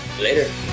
Later